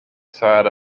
side